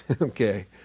Okay